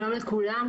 שלום לכולם,